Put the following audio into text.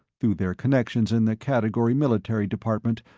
through their connections in the category military department,